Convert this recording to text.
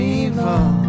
evil